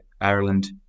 Ireland